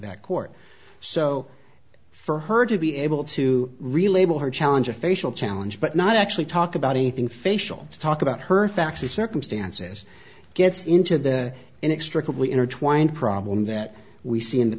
that court so for her to be able to relabel her challenge a facial challenge but not actually talk about anything facial to talk about her facts or circumstances gets into the inextricably intertwined problem that we see in the